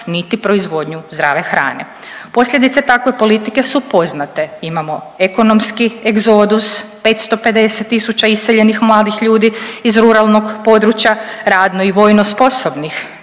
niti proizvodnju zdrave hrane. Posljedice takve politike su poznate, imamo ekonomski egzodus, 550 tisuća iseljenih mladih ljudi iz ruralnog područja, radno i vojno sposobnih,